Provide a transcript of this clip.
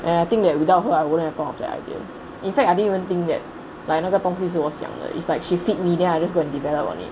and I think that without her I wouldn't have thought of the idea in fact I didn't even think that like 那个东西我想的 it's like she feed me then I just go and develop only